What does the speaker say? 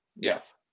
Yes